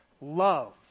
Love